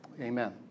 Amen